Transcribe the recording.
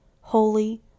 holy